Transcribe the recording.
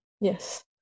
Yes